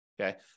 okay